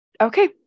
Okay